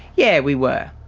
yeah, we were.